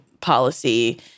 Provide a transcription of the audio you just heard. policy